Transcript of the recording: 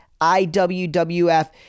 IWWF